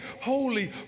Holy